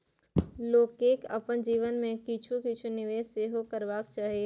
लोककेँ अपन जीवन मे किछु किछु निवेश सेहो करबाक चाही